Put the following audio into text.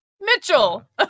Mitchell